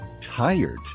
tired